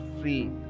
free